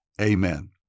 Amen